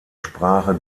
sprache